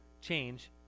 change